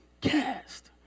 cast